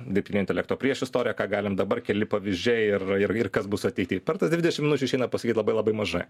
dirbtinio intelekto priešistorė ką galim dabar keli pavyzdžiai ir ir kas bus ateityje per tas dvidešimt minučių išeina pasakyti labai labai mažai